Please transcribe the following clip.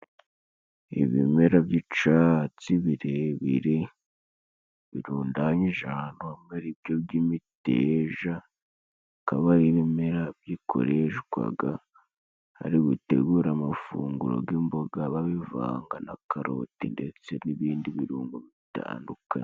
Ibimera by'icatsi birebire birundanyije ahantu hamwe ari byo by'imiteja. Akaba ari ibimera bikoreshwaga bari gutegura amafunguro g'imboga, babivanga na karoti ndetse n'ibindi birungo bitandukanye.